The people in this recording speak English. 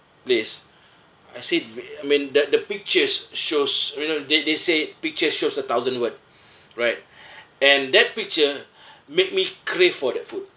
place I see it I mean the the pictures shows you know they they say picture shows a thousand word right and that picture made me crave for that food